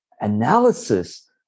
analysis